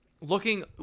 looking